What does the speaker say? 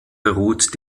beruht